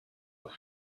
were